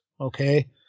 okay